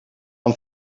han